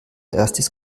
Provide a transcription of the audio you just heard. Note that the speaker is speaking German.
erstis